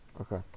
okay